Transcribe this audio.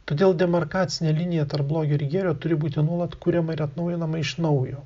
todėl demarkacinė linija tarp blogio ir gėrio turi būti nuolat kuriama ir atnaujinama iš naujo